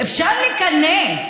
אפשר לקנא.